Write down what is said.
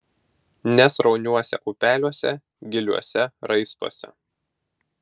nesrauniuose upeliuose giliuose raistuose